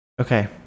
Okay